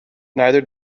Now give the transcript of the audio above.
neither